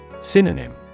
Synonym